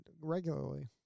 regularly